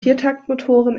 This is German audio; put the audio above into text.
viertaktmotoren